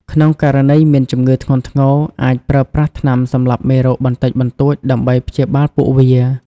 ក្នុងករណីមានជំងឺធ្ងន់ធ្ងរ អាចប្រើប្រាស់ថ្នាំសម្លាប់មេរោគបន្តិចបន្តួចដើម្បីព្យាបាលពួកវា។